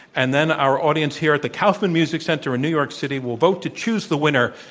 and then our audience here at the kaufman music center in new york city will vote to choose the winner.